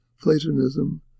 Platonism